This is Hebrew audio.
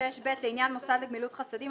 יבוא: "(6ב)לעניין מוסד לגמילות חסדים,